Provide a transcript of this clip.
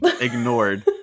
ignored